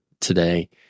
today